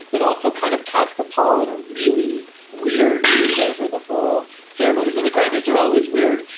but also kind of cast a pall in a really weird mood over the whole ceremony. and the grammys are always weird.